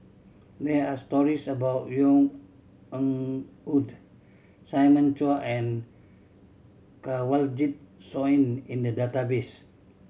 there are stories about Yvonne Ng Uhde Simon Chua and Kanwaljit Soin in the database